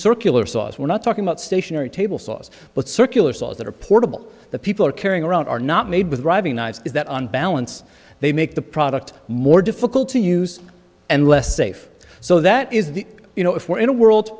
circular saws we're not talking about stationary table saws but circular saws that are portable that people are carrying around are not made with driving knives is that on balance they make the product more difficult to use and less safe so that is the you know if we're in a world